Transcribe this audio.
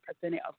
percentage